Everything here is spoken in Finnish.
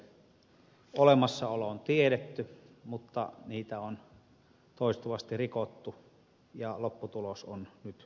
kestävyyskriteereiden olemassaolo on tiedetty mutta niitä on toistuvasti rikottu ja lopputulos on nyt käsillä